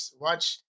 watch